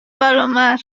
palomar